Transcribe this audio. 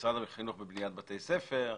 משרד החינוך בבניית בתי ספר,